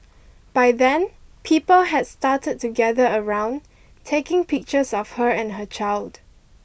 by then people had started to gather around taking pictures of her and her child